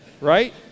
right